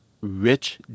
rich